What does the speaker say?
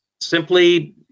simply